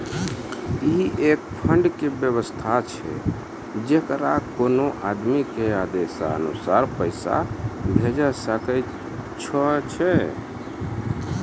ई एक फंड के वयवस्था छै जैकरा कोनो आदमी के आदेशानुसार पैसा भेजै सकै छौ छै?